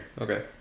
Okay